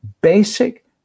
basic